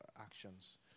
actions